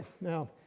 Now